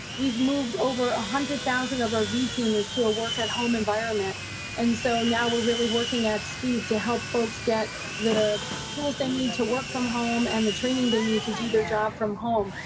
we've moved over one ah hundred thousand of our v teamers to a work at home environment and so now we're really working at speed to help folks get the tools they need to work from home, and the training they need to do their job from home.